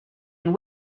and